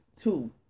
two